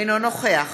אינו נוכח